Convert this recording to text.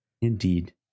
Indeed